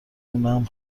دونم